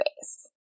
space